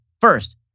First